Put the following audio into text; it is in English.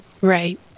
Right